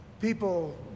people